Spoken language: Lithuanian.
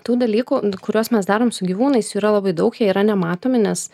tų dalykų kuriuos mes darom su gyvūnais yra labai daug jie yra nematomi nes